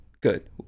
Good